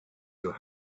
your